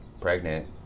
pregnant